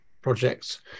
projects